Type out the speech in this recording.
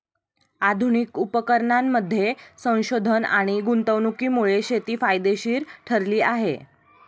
आधुनिक उपकरणांमध्ये संशोधन आणि गुंतवणुकीमुळे शेती फायदेशीर ठरली आहे